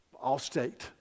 all-state